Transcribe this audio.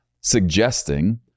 suggesting